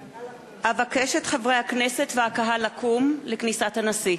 אבקש מחברי הכנסת והקהל לקום עם כניסת הנשיא.